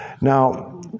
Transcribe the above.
Now